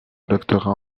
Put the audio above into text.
doctorat